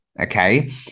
okay